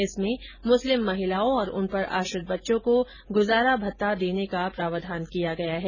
इसमें मुस्लिम महिलाओं और उन पर आश्रित बच्चों को गुजारा भत्ता देने का प्रावधान किया गया है